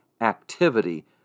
activity